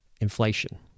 inflation